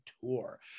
tour